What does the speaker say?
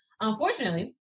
Unfortunately